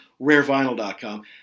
rarevinyl.com